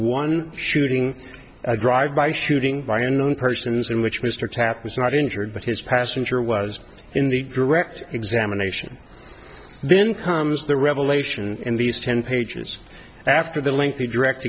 one shooting a drive by shooting by unknown persons in which mr tapp was not injured but his passenger was in the direct examination then comes the revelation in these ten pages after the lengthy direct